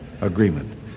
agreement